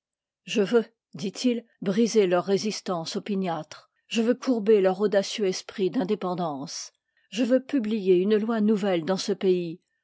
je veux dit-il briser leur résistance opiniâtre je veux courber leur audacieux esprit d'indépendance je veux publier une loi nouvelle dans ce pays